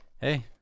Hey